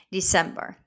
December